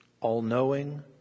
all-knowing